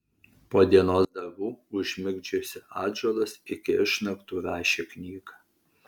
po dienos darbų užmigdžiusi atžalas iki išnaktų rašė knygą